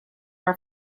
are